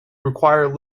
require